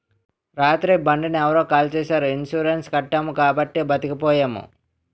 రాత్రి బండిని ఎవరో కాల్చీసారు ఇన్సూరెన్సు కట్టాము కాబట్టి బతికిపోయాము